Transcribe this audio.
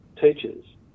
teachers